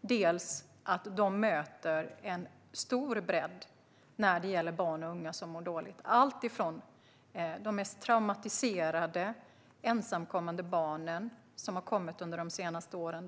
dels möter stor bredd när det gäller barn och unga som mår dåligt. De möter de mest traumatiserade bland de ensamkommande barn som har kommit de senaste åren.